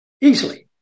Easily